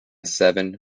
seven